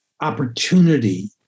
opportunity